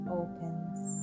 opens